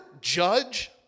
judge